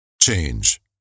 change